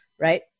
Right